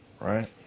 right